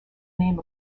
name